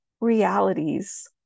realities